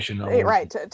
Right